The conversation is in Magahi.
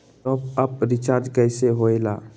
टाँप अप रिचार्ज कइसे होएला?